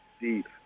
deep